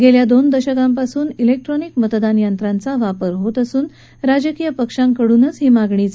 गेल्या दोन दशकापासून लैक्ट्रॉनिक मतदान यंत्राचा वापर होत असून राजकीय पक्षांकडूनचं ही मागणी झाली होती